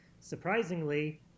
Surprisingly